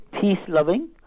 peace-loving